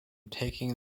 taking